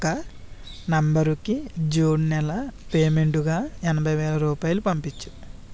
అక్క నంబరుకి జూన్ నెల పేమెంటుగా ఎనభై వేల రూపాయలు పంపించు